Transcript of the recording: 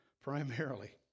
primarily